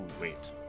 Wait